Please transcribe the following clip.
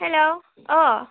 हेल' अ